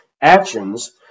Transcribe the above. actions